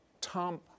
Tom